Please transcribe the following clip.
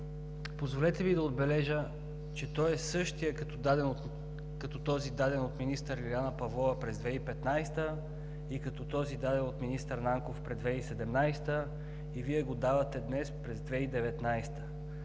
позволете да отбележа, че той е същият като този, даден от министър Лиляна Павлова през 2015 г., като този, даден от министър Нанков през 2017 г., и Вие го давате днес през 2019